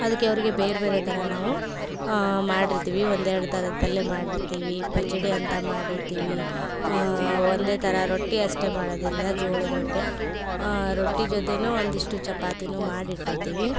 ಅದಕ್ಕೆ ಅವ್ರಿಗೆ ಬೇರೆ ಬೇರೆ ಥರ ನಾವು ಮಾಡಿರ್ತೀವಿ ಒಂದು ಎರಡು ಥರದ ಪಲ್ಯ ಮಾಡಿರ್ತೀವಿ ಪಚಡಿ ಅಂತ ಮಾಡಿರ್ತೀವಿ ಒಂದೇ ಥರ ರೊಟ್ಟಿ ಅಷ್ಟೇ ಮಾಡೋದಿಲ್ಲ ಜೋಳದ ರೊಟ್ಟಿ ರೊಟ್ಟಿ ಜೊತೆಯೂ ಒಂದಿಷ್ಟು ಚಪಾತಿನೂ ಮಾಡಿ ಇಟ್ಟಿರ್ತೀವಿ